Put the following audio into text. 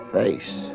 face